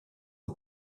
aux